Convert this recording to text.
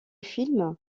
film